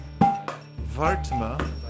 vartma